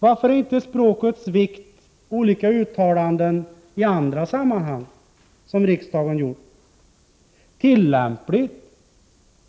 Varför är inte olika uttalanden som riksdagen gjort om språkets vikt i andra sammanhang tillämpliga